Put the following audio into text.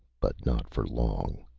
but not for long.